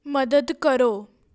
ਮਦਦ ਕਰੋ